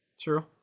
True